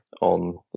on